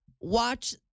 watch